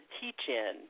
Teach-In